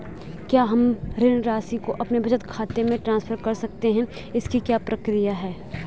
क्या हम ऋण राशि को अपने बचत खाते में ट्रांसफर कर सकते हैं इसकी क्या प्रक्रिया है?